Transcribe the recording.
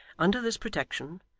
under this protection,